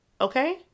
Okay